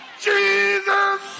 Jesus